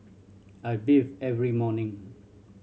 I bathe every morning